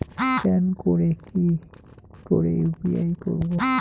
Scan করে কি করে ইউ.পি.আই করবো?